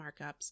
markups